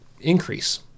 increase